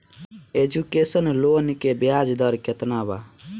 Education loan के ब्याज दर केतना बा?